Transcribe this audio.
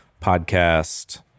podcast